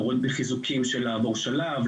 קורית בחיזוקים של לעבור שלב,